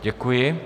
Děkuji.